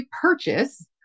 purchase